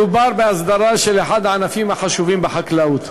מדובר בהסדרה של אחד הענפים החשובים בחקלאות.